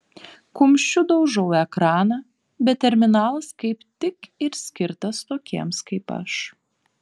kumščiu daužau ekraną bet terminalas kaip tik ir skirtas tokiems kaip aš